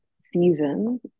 season